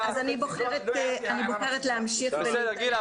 אבל --- אז אני בוחרת להמשיך --- גילה,